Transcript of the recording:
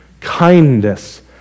Kindness